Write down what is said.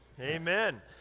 Amen